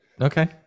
Okay